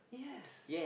yes